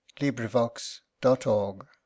LibriVox.org